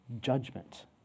judgment